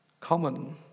common